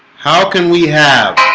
how can we have